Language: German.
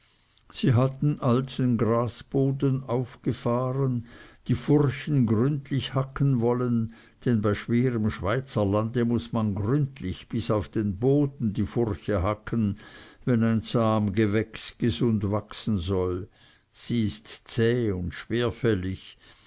sie hatten alten grasboden auffahren die furchen gründlich hacken wollen denn bei schwerem schweizer lande muß man gründlich bis auf den boden die furche hacken wenn ein zahm gewächs gesund wachsen soll sie ist zäh und schwerfällig